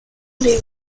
les